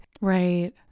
Right